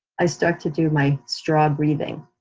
i start to do my straw breathing.